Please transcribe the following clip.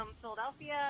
philadelphia